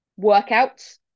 workouts